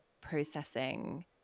processing